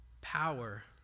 Power